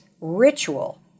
ritual